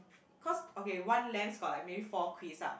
cause okay one lams got like maybe four quiz ah